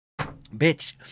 Bitch